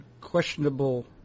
questionable